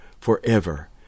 forever